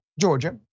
Georgia